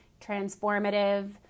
transformative